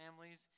families